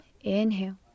inhale